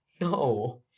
No